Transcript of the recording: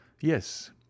Yes